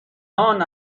همان